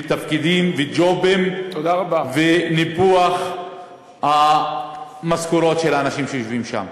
תפקידים וג'ובים וניפוח המשכורות של האנשים שיושבים שם.